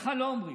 ולך לא אומרים.